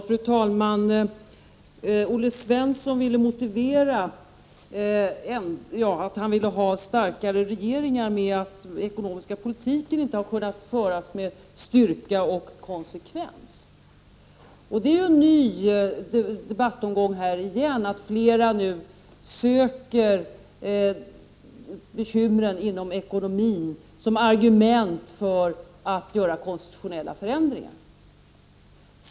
Fru talman! Olle Svensson motiverade att han ville ha starkare regeringar med att den ekonomiska politiken inte har kunnat föras med styrka och konsekvens. Detta är en ny debattomgång. Flera söker nu använda bekymren inom ekonomin som argument för att göra konstitutionella förändringar.